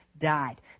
died